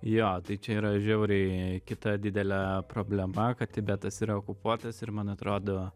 jo tai čia yra žiauriai kita didelė problema kad tibetas yra okupuotas ir man atrodo